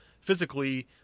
physically